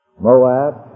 Moab